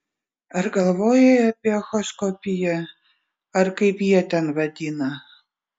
ar galvojai apie echoskopiją ar kaip jie ten vadina